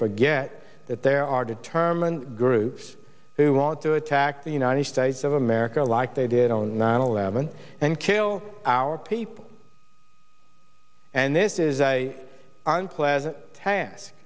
forget that there are determined groups who want to attack the united states of america like they did on nine eleven and kill our people and this is a pleasant